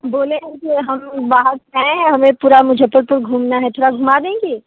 बोले हैं कि हम बाहर से आएं हैं हमें पूरा मुजफ्फरपुर घूमना है थोड़ा घूमा देंगे